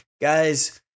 Guys